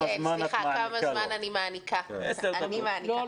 רוצה לעשות הבחנה בין מה שהייתי קורא לו חינוך פוליטי,